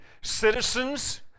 citizens